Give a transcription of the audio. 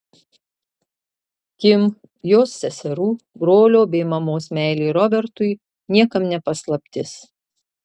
kim jos seserų brolio bei mamos meilė robertui niekam ne paslaptis